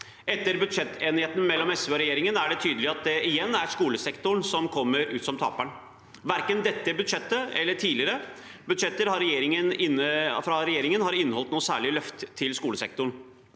Etter budsjettenigheten mellom SV og regjeringen er det tydelig at det igjen er skolesektoren som kommer ut som taperen. Verken dette budsjettet eller tidligere budsjetter fra regjeringen har inneholdt noe særlig løft til skolesektoren.